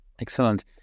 Excellent